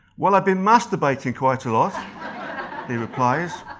well i've been masturbating quite a lot he replies,